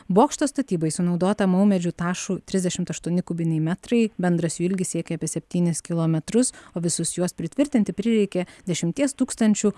bokšto statybai sunaudota maumedžių tašų trisdešimt aštuoni kubiniai metrai bendras jų ilgis siekia apie septynis kilometrus o visus juos pritvirtinti prireikė dešimties tūkstančių